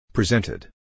Presented